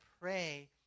pray